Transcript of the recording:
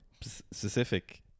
specific